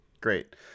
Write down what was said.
Great